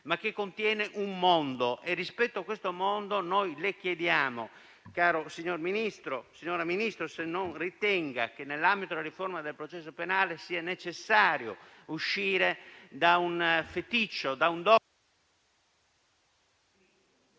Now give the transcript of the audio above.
ma contiene un mondo. Rispetto a questo mondo, noi le chiediamo, signora Ministro, se non ritenga che, nell'ambito della riforma del processo penale, sia necessario uscire da un feticcio...